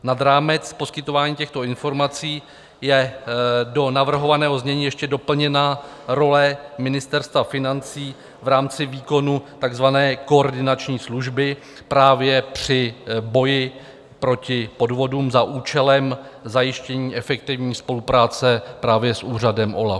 Nad rámec poskytování těchto informací je do navrhovaného znění ještě doplněna role Ministerstva financí v rámci výkonu takzvané koordinační služby při boji proti podvodům za účelem zajištění efektivní spolupráce právě s úřadem OLAF.